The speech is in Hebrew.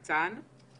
ניצן: